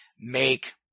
make